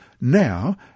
now